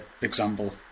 example